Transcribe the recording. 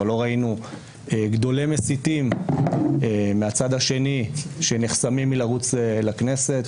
אבל לא ראינו גדולי מסיתים מהצד השני שנחסמים מלרוץ לכנסת.